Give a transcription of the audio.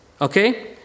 Okay